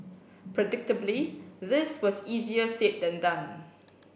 predictably this was easier said than done